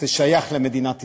שייך למדינת ישראל.